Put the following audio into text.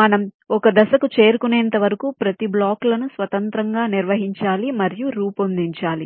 మనం ఒక దశకు చేరుకునేంత వరకు ప్రతి బ్లాక్లను స్వతంత్రంగా నిర్వహించాలి మరియు రూపొందించాలి